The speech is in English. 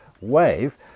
wave